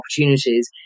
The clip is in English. opportunities